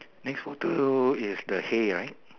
next photo is the hay right